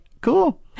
cool